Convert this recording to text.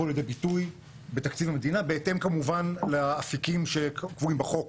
לידי ביטוי בתקציב המדינה בהתאם כמובן לאפיקים שקבועים בחוק